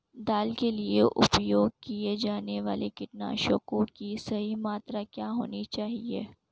दाल के लिए उपयोग किए जाने वाले कीटनाशकों की सही मात्रा क्या होनी चाहिए?